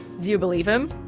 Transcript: you believe him?